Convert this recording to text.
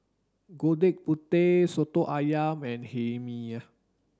gudeg putih soto ayam and hae mee